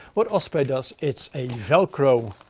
what osprey does, it's a velcro